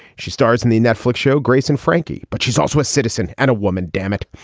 she stars in the netflix show grace and frankie but she's also a citizen and a woman dammit.